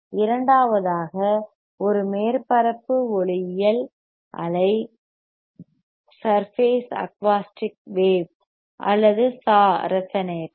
இரண்டாவதாக ஒரு மேற்பரப்பு ஒலியியல் அலை surface acoustical wave surface acoustic wave அல்லது SAW ரெசனேட்டர்